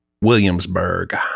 Williamsburg